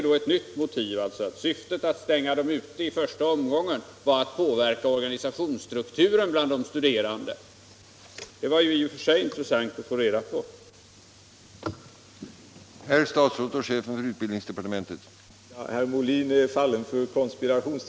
Om syftet med att stänga organisationerna ute i första omgången var att påverka organisationsstrukturen bland de studerande, så är det ett helt nytt motiv. Det var i och för sig intressant att få reda på det.